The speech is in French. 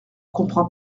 comprends